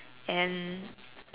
and